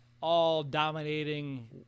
all-dominating